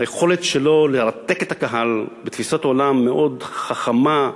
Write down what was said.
היכולת שלו לרתק את הקהל בתפיסת עולם מאוד חכמה,